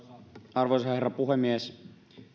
arvoisa herra puhemies